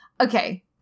Okay